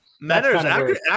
Matters